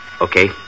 Okay